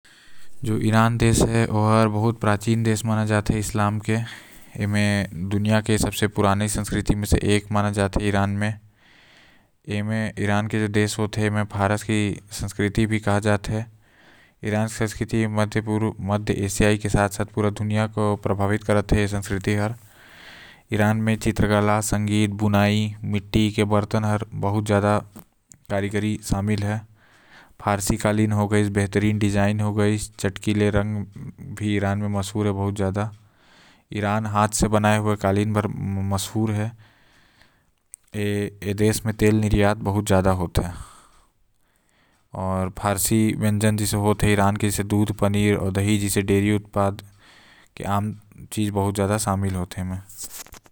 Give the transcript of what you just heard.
जो ईरान देश है ओला बहुत प्राचीन देश माना जाते इसलाम के आऊ ऐला दुनिया के सबसे प्राचीन सभ्यता म एक माना जाते आऊ भारत के भी संस्कृति माना जाते कोनो कोनो जगह म जहां हिंदी बोलत जात हे।